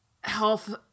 health